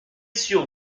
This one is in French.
sur